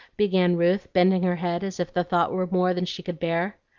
began ruth, bending her head as if the thought were more than she could bear.